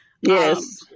Yes